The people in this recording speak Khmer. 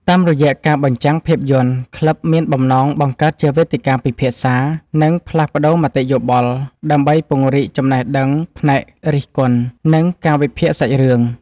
តាមរយៈការបញ្ចាំងភាពយន្ត ក្លឹបមានបំណងបង្កើតជាវេទិកាពិភាក្សា និងផ្លាស់ប្តូរមតិយោបល់ ដើម្បីពង្រីកចំណេះដឹងផ្នែករិះគន់ និងការវិភាគសាច់រឿង។